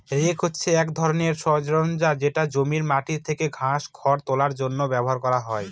rake হছে এক ধরনের সরঞ্জাম যেটা জমির মাটি থেকে ঘাস, খড় তোলার জন্য ব্যবহার করা হয়